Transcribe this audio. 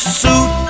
suit